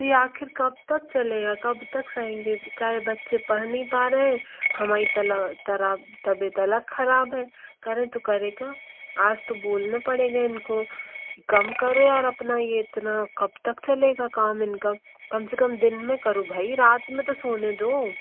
तो ये आख़िर कब चलेगा कब तक सहेंगे चाहे बच्चे पढ़ नही पा रहे हैं हमारी तल तराब तबियत अलग ख़राब है करें तो करे क्या आज तो बोलना पड़ेगा इनको कम करो यार अपना ये इतना कब तक चलेगा काम इनका कम से कम दिन मे करो भाई रात मे तो सोने दो